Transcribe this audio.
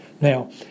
Now